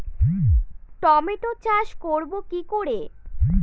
Tomato চাষ করব কি করে?